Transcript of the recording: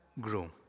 grew